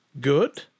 good